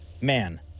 Man